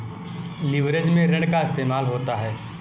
leverage में ऋण का इस्तेमाल होता है